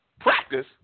Practice